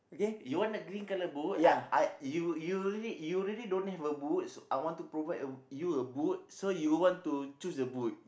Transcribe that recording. you want the green colour boot I I you you really you really don't need the boots I want to provide you a boot so you would want to choose the boot